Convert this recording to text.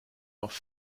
off